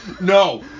No